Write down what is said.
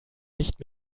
nicht